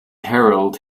herald